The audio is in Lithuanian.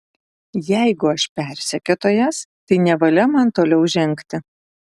jeigu aš persekiotojas tai nevalia man toliau žengti